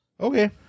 okay